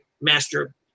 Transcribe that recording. Master